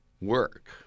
Work